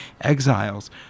exiles